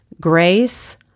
grace